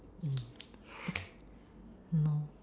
mm !hannor!